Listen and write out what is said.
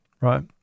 right